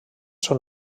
són